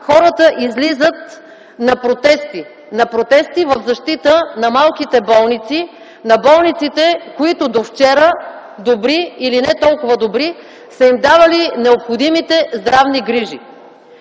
хората излизат на протести – на протести в защита на малките болници, на болниците, които довчера, добри или не толкова добри, са им давали необходимите здравни грижи.